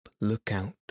lookout